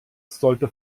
sollte